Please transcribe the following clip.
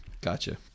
Gotcha